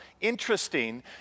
Interesting